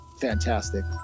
fantastic